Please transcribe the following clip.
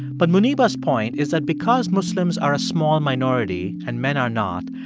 but muniba's point is that because muslims are a small minority and men are not,